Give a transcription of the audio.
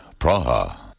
Praha